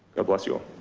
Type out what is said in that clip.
god bless you